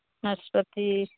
নাশপাতি